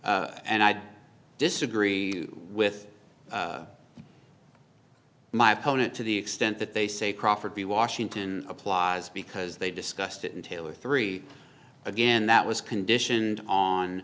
sound and i'd disagree with my opponent to the extent that they say crawford b washington applies because they discussed it in taylor three again that was conditioned on